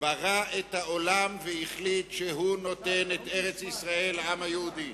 ברא את העולם והחליט שהוא נותן את ארץ-ישראל לעם היהודי.